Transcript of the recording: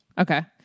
Okay